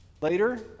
Later